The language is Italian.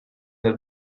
nel